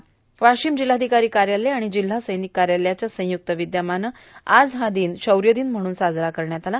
वार्शशम जिल्हाधिकारी कायालय आर्ण जिल्हा सैर्निक कायालयाच्या संयुक्त विद्यमान आज हा र्दिवस शौर्यादन म्हणून साजरा करण्यात आला